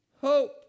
hope